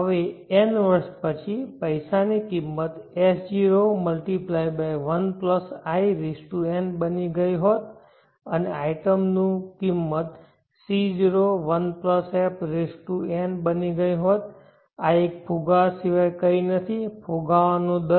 હવે n વર્ષ પછી પૈસાની કિંમત S0 1i n બની ગઈ હોત અને આઇટમની કિંમત C01f n બની ગઈ હોત આ એફ ફુગાવા સિવાય કંઈ નથી ફુગાવાનો દર